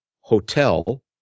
hotel